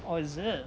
oh is it